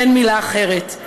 אין מילה אחרת.